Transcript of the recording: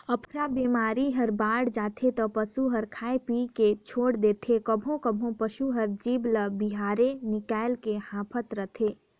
अफरा बेमारी ह बाड़ जाथे त पसू ह खाए पिए बर छोर देथे, कभों कभों पसू हर जीभ ल बहिरे निकायल के हांफत रथे